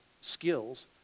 skills